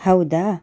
ಹೌದಾ